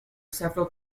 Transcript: several